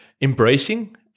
embracing